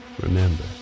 Remember